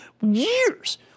Years